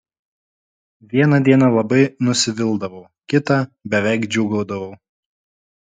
vieną dieną labai nusivildavau kitą beveik džiūgaudavau